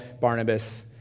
Barnabas